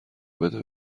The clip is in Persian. بده